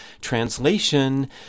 Translation